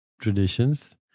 traditions